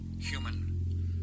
human